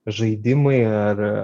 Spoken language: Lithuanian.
žaidimai ar